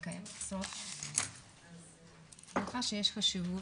היא קיימת עשרות שנים אז אני מניחה שיש חשיבות,